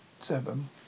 seven